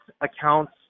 accounts